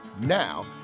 Now